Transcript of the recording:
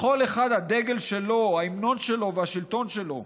לכל אחד הדגל שלו, ההמנון שלו והשלטון שלו,